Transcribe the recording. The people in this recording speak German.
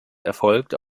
erfolgt